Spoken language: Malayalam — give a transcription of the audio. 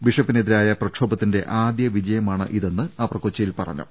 ബിഷപ്പി നെതിരായ പ്രക്ഷോഭത്തിന്റെ ആദ്യവിജയമാണിതെന്ന് അവർ കൊച്ചിയിൽ പറഞ്ഞു